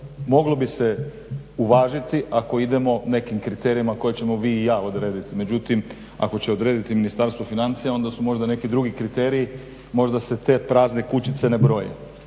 Moglo bi se uvažiti ako idemo nekim kriterijima koje ćemo vi i ja odrediti, međutim ako će odrediti Ministarstvo financija onda su možda neki drugi kriteriji, možda se te prazne kućice ne broje,